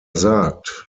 sagt